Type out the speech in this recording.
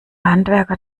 handwerker